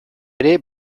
ere